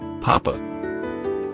Papa